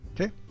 Okay